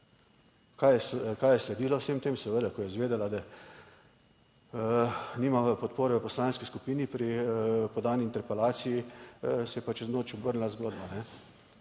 Kaj je sledila vsem tem? Seveda, ko je izvedela, da nima podpore v poslanski skupini pri podani interpelaciji, se je pa čez noč obrnila zgodba.